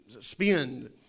spend